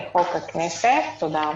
הכנסת.